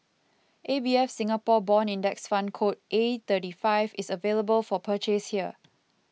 A B F Singapore Bond Index Fund code A thirty five is available for purchase here